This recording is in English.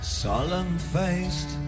Solemn-faced